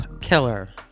killer